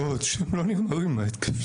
זה כואב מאוד שהם לא נגמרים, ההתקפים.